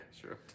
sure